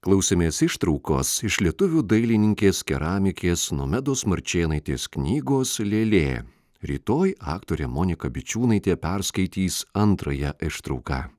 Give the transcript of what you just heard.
klausėmės ištraukos iš lietuvių dailininkės keramikės nomedos marčėnaitės knygos lėlė rytoj aktorė monika bičiūnaitė perskaitys antrąją ištrauką